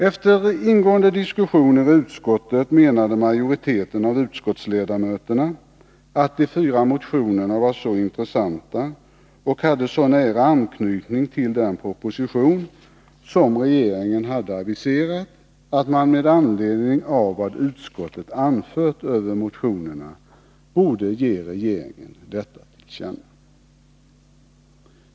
Efter ingående diskussioner i utskottet menade majoriteten av utskottsledamöterna att de fyra motionerna var så intressanta och hade så nära anknytning til den proposition som regeringen har aviserat, att man borde ge regeringen till känna vad utskottet anfört över motionerna.